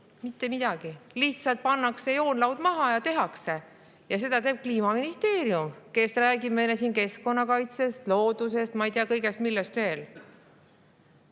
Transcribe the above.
Mitte midagi, lihtsalt pannakse joonlaud maha ja tehakse. Ja seda teeb Kliimaministeerium, kes räägib meile siin keskkonnakaitsest, loodusest, ma ei tea, millest veel.